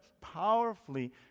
powerfully